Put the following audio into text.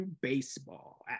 Baseball